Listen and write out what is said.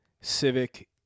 Civic